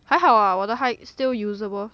还好 lah 我的还 still usable